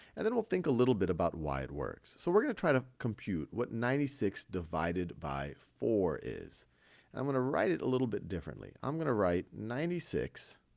and then we'll think a little bit about why it works. so we're going to try to compute what ninety six divided by four is. and i'm going to write it a little bit differently. i'm going to write ninety six